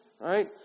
right